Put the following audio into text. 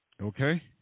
okay